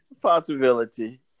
Possibility